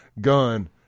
gun